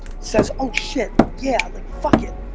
says, oh shit, yeah, like,